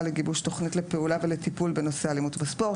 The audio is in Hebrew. לגיבוש תוכנית לפעולה ולטיפול בנושא האלימות בספורט,